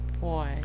boy